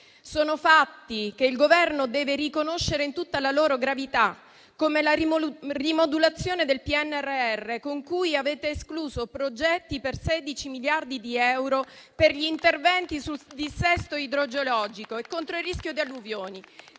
sono fatti che il Governo deve riconoscere in tutta la loro gravità, come la rimodulazione del PNRR, con cui avete escluso progetti per 16 miliardi di euro per gli interventi sul dissesto idrogeologico e contro il rischio di alluvioni